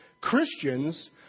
Christians